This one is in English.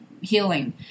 healing